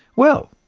well,